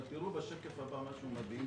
אבל תראו בשקף הבא משהו מדהים.